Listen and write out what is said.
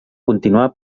continuar